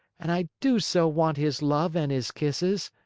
and i do so want his love and his kisses.